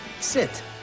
sit